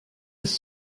ist